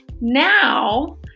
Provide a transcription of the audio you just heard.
Now